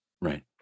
Right